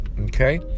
okay